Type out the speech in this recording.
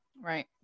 Right